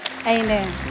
Amen